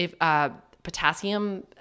potassium